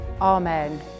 Amen